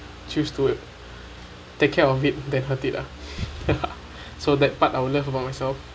choose to take care of it than hurt it lah ya so that part I'll love about myself